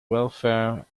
welfare